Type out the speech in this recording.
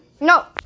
No